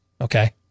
okay